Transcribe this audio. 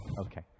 Okay